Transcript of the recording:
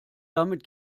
damit